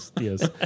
Yes